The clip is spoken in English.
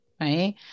right